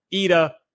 Ida